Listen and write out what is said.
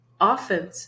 Often